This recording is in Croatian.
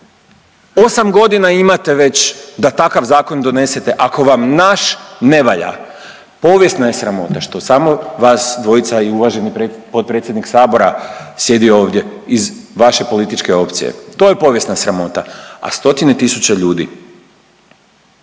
8 godina imate već da takav zakon donesete ako vam naš ne valja. Povijesna je sramota što samo vas dvojica i uvaženi potpredsjednik sabora sjedi ovdje iz vaše političke opcije. To je povijesna sramota, a stotine tisuća ljudi